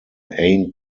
ain’t